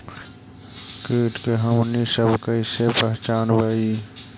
किट के हमनी सब कईसे पहचनबई?